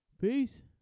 Peace